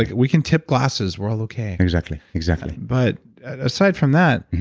like we can tip glasses we're all okay exactly. exactly but aside from that,